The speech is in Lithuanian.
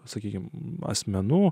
sakykime asmenų